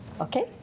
Okay